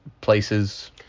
places